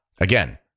again